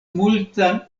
multan